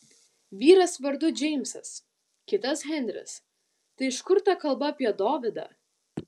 vyras vardu džeimsas kitas henris tai iš kur ta kalba apie dovydą